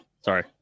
Sorry